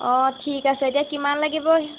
অঁ ঠিক আছে এতিয়া কিমান লাগিব